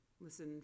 Listen